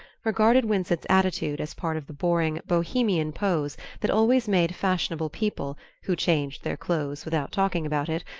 regarded winsett's attitude as part of the boring bohemian pose that always made fashionable people, who changed their clothes without talking about it,